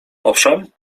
owszem